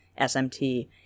SMT